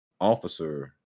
officer